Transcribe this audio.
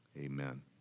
amen